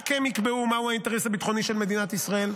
רק הם יקבעו מהו האינטרס הביטחוני של מדינת ישראל,